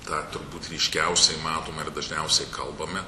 tą turbūt ryškiausiai matom ir dažniausiai kalbame